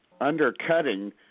undercutting